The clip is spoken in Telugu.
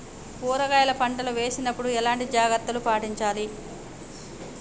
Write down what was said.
కూరగాయల పంట వేసినప్పుడు ఎలాంటి జాగ్రత్తలు పాటించాలి?